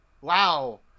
wow